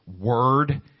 word